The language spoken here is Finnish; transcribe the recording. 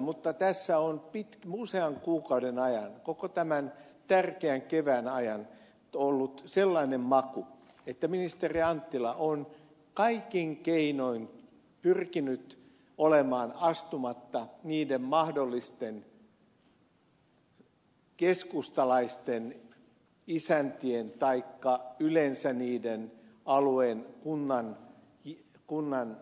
mutta tässä on usean kuukauden ajan koko tämän tärkeän kevään ajan ollut sellainen maku että ministeri anttila on kaikin keinoin pyrkinyt olemaan astumatta niiden mahdollisten keskustalaisten isäntien taikka yleensä alueen kunnan